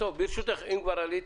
ברשותך, אם כבר עלית,